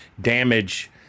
damage